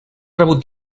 rebut